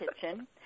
kitchen